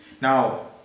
now